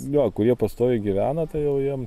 jo kurie pastoviai gyvena tai jau jiem